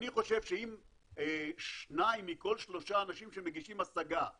אני חושב שאם שניים מכל שלושה אנשים שמשיגים השגה,